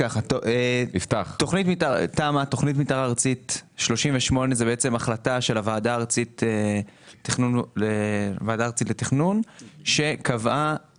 תוכנית מתאר ארצית 38 זו החלטה של הוועדה הארצית לתכנון שקבעה